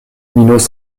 minos